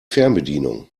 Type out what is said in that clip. fernbedienung